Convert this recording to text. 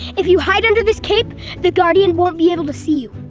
if you hide under this cape the guardian won't be able to see you.